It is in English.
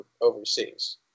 overseas